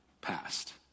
past